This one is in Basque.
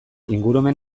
ingurumen